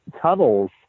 tunnels